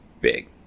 big